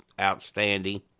outstanding